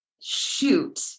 shoot